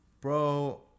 Bro